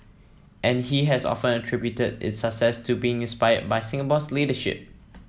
and he has often attributed its success to being inspired by Singapore's leadership